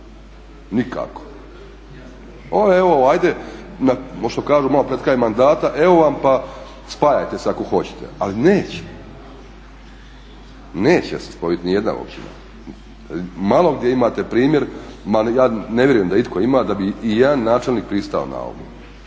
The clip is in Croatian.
Nikako. Ovo evo ajde, što kažu malo pred kraj mandata evo vam pa spajajte se ako hoćete, ali neće, neće se spojiti niti jedna općina. Malo gdje imate primjer ali ja ne vjerujem da itko ima da bi i jedan načelnik pristao na ovo